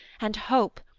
and hope,